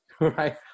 right